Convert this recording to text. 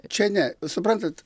čia ne suprantat